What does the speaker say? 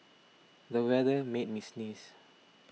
the weather made me sneeze